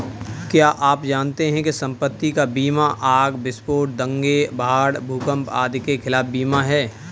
क्या आप जानते है संपत्ति का बीमा आग, विस्फोट, दंगे, बाढ़, भूकंप आदि के खिलाफ बीमा है?